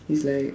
is like